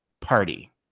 party